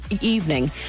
evening